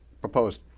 proposed